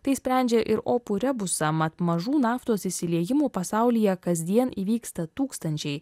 tai sprendžia ir opų rebusą mat mažų naftos išsiliejimų pasaulyje kasdien įvyksta tūkstančiai